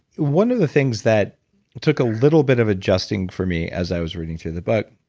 one of the things that took a little bit of adjusting for me as i was reading through the but